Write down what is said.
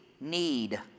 need